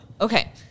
Okay